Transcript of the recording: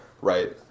right